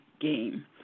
game